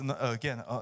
Again